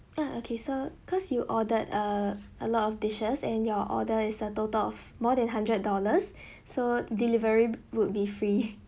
uh okay so cause you ordered uh a lot of dishes and your order is a total of more than hundred dollars so delivery would be free